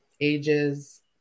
ages